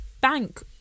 bank